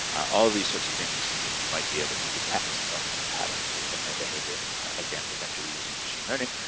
all of these sorts of things that you might be able to detect from patterns in their behavior, again potentially using machine learning.